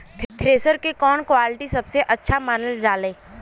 Thresher के कवन quality सबसे अच्छा मानल जाले?